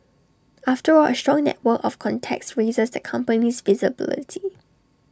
after all A strong network of contacts raises the company's visibility